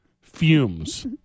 fumes